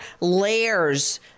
layers